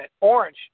orange